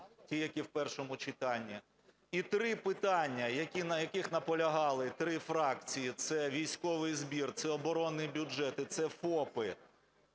ті, які в першому читанні; і три питання, на яких наполягали три фракції – це військовий збір, це оборонний бюджет і це ФОПи,